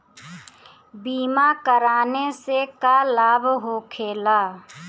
बीमा कराने से का लाभ होखेला?